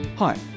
Hi